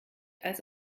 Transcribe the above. als